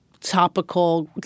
topical